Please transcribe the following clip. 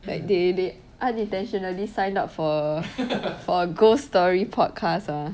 like they they unintentionally sign up for a for a ghost story podcast ah